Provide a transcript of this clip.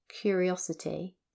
curiosity